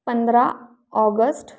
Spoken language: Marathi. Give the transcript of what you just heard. पंधरा ऑगस्ट